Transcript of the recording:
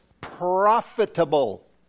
profitable